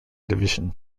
division